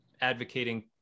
advocating